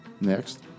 Next